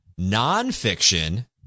nonfiction